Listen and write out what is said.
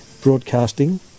broadcasting